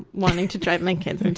wanting to drive my kids into